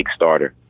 Kickstarter